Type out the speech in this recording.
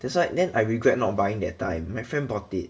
that's why then I regret not buying that time my friend bought it